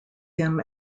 him